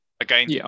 Again